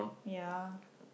ya